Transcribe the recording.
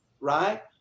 right